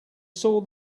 saw